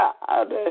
God